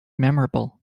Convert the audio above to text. memorable